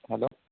hello